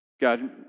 God